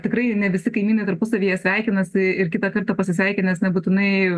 tikrai ne visi kaimynai tarpusavyje sveikinasi ir kitą kartą pasisveikinęs nebūtinai